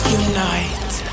unite